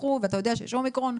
ואתה יודע שיש אומיקרון,